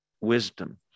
wisdom